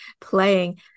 playing